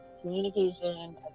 communication